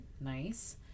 Nice